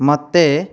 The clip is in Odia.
ମୋତେ